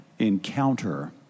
encounter